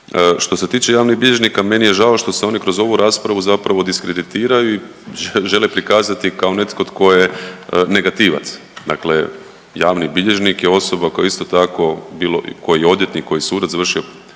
Što se tiče javnih bilježnika meni je žao što se oni kroz ovu raspravu zapravo diskreditiraju i žele prikazati kao netko tko je negativac. Dakle, javni bilježnik je osoba koja je isto tako bilo ko